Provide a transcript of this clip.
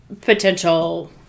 potential